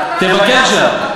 תבקר שם.